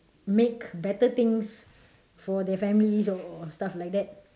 make better things for their families or stuff like that